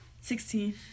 Sixteen